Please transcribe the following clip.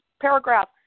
paragraph